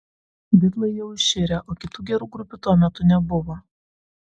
bitlai jau iširę o kitų gerų grupių tuo metu nebuvo